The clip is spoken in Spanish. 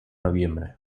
noviembre